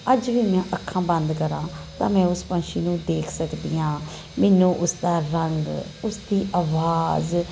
ਅੱਜ ਵੀ ਮੈਂ ਅੱਖਾਂ ਬੰਦ ਕਰਾਂ ਤਾਂ ਮੈਂ ਉਸ ਪੰਛੀ ਨੂੰ ਦੇਖ ਸਕਦੀ ਆਂ ਮੈਨੂੰ ਉਸਦਾ ਰੰਗ ਉਸਦੀ ਅਵਾਜ਼